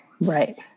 Right